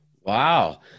Wow